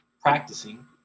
Practicing